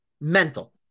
Mental